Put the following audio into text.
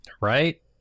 right